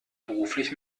beruflich